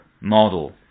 model